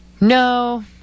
no